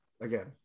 again